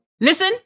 Listen